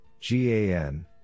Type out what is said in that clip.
GAN